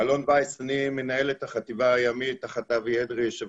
אני מנהל את החטיבה הימית תחת אבי אדרי יושב